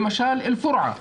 למשל באל פורעה,